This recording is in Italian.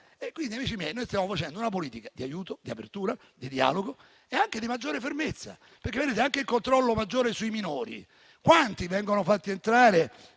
Quindi, onorevoli colleghi, stiamo facendo una politica di aiuto, di apertura, di dialogo e anche di maggiore fermezza. A proposito anche del controllo maggiore sui minori: quanti vengono fatti entrare